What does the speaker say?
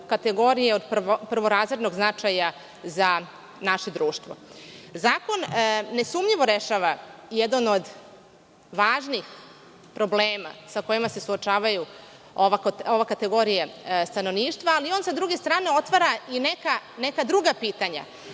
kategorije od prvorazrednog značaja za naše društvo. Zakon nesumnjivo rešava jedan od važnih problema sa kojima se suočavaju ove kategorije stanovništva. On sa druge strane otvara i neka druga pitanja.